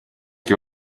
che